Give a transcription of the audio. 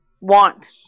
want